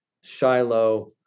Shiloh